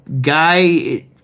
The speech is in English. guy